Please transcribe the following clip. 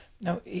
Now